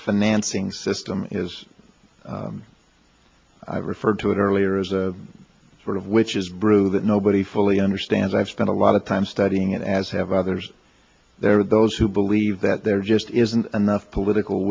financing system is i referred to it earlier as a sort of witch's brew that nobody fully understands i've spent a lot of time studying it as have others there are those who believe that there just isn't enough political